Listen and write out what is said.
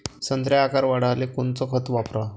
संत्र्याचा आकार वाढवाले कोणतं खत वापराव?